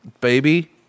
Baby